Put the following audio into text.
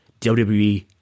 WWE